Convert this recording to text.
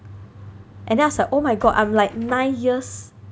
and then I was like my god I'm like nine years